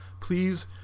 please